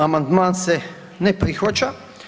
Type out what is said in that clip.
Amandman se ne prihvaća.